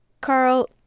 Carl